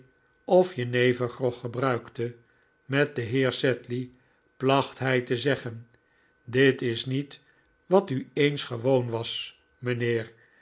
of jenever grog gebruikte met den heer sedley placht hij te zeggen dit is niet wat u eens gewoon was mijnheer